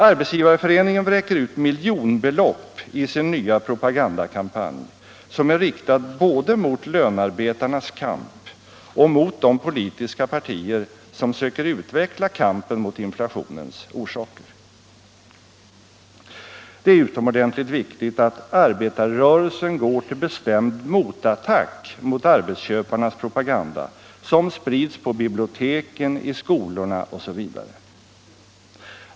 Arbetsgivareföreningen vräker ut miljonbelopp i sin nya propagandakampanj, som är riktad både mot lönarbetarnas kamp och mot de politiska partier som söker utveckla kampen mot inflationens orsaker. Det är utomordentligt viktigt att arbetarrörelsen går till bestämd motattack mot arbetsköparnas propaganda, som sprids på biblioteken, i skolorna osv.